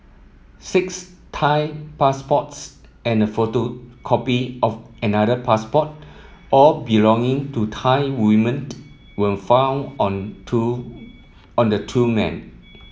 Six Thai passports and a photocopy of another passport all belonging to Thai women were found on two on the two men